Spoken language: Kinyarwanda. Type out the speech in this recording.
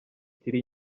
kiri